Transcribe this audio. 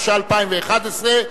התשע"א 2011,